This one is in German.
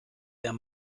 der